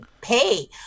pay